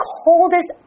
coldest